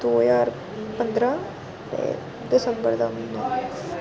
दो ज्हार पंदरां ते दिसंबर दा म्हीना